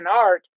art